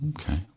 Okay